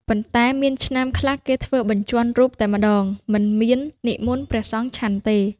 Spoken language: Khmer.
ប៉ុន្តែមានឆ្នាំ ខ្លះ គេធ្វើបញ្ជាន់រូបតែម្តង មិនមាននិមន្តព្រះសង្ឃឆាន់ទេ ។